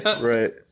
Right